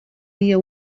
dia